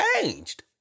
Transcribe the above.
changed